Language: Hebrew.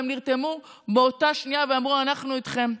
והם נרתמו באותה שנייה ואמרו: אנחנו איתכם.